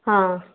ಹಾಂ